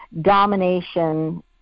domination